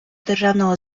державного